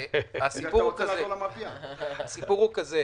הסיפור כזה: